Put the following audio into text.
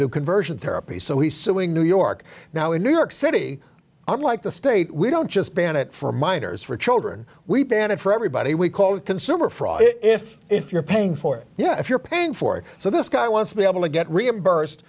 do conversion therapy so he's suing new york now in new york city i'm like the state we don't just ban it for minors for children we ban it for everybody we call it consumer fraud if if you're paying for it if you're paying for it so this guy wants to be able to get reimbursed